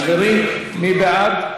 חברים, מי בעד?